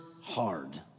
hard